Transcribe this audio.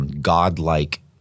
godlike